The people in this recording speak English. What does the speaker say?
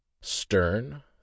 stern